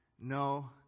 No